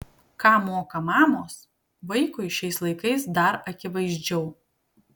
ką moka mamos vaikui šiais laikais dar akivaizdžiau